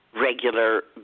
regular